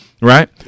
right